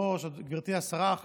הצעת חוק להגדלת שיעור ההשתתפות בכוח